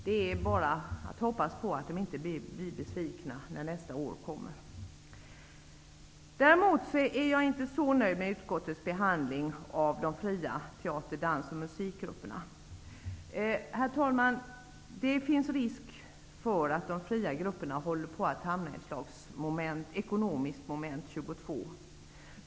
Det är bara att hoppas att de inte blir besvikna nästa år. Däremot är jag inte så nöjd med utskottets behandling av de fria teater , dans och musikgrupperna. Det finns, herr talman, risk för att de fria grupperna håller på att hamna i ett slags ekonomiskt moment 22.